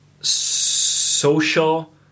Social